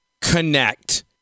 connect